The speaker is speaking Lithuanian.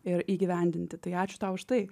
ir įgyvendinti tai ačiū tau už tai